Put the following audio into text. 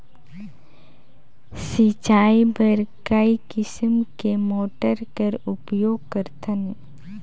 सिंचाई बर कई किसम के मोटर कर उपयोग करथन?